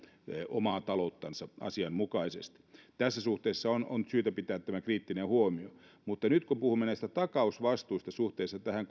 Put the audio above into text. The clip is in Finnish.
omaa talouttaan asianmukaisesti tässä suhteessa on on syytä pitää tämä kriittinen huomio mutta nyt kun puhumme näistä takausvastuista suhteessa tähän